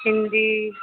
Hindi